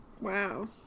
Wow